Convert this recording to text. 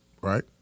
Right